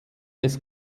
des